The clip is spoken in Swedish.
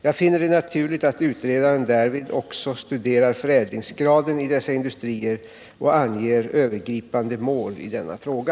Jag finner det naturligt att utredaren därvid också studerar förädlingsgraden i dessa industrier och anger övergripande mål i denna fråga.